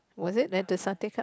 was it there the satay club